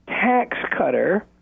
tax-cutter